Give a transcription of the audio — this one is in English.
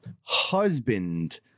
husband